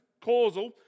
causal